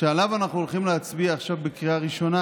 שעליו אנחנו הולכים להצביע עכשיו בקריאה ראשונה